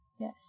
Yes